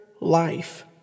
life